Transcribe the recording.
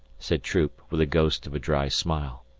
said troop, with the ghost of a dry smile.